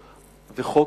וחוק,